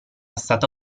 stata